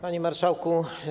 Panie Marszałku!